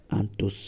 Anto